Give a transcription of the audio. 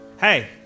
Hey